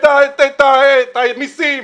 את המסים,